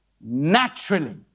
naturally